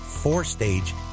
four-stage